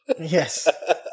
Yes